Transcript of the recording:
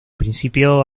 principio